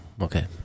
Okay